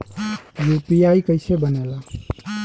UPI कईसे बनेला?